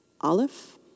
Aleph